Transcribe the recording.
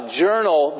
journal